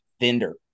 vendor